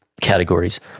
categories